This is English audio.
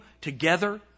together